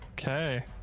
Okay